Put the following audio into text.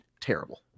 terrible